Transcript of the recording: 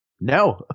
No